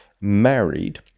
married